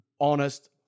honest